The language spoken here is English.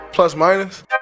Plus-minus